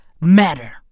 matter